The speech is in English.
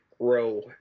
grow